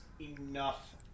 enough